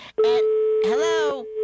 Hello